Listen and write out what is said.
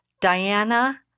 Diana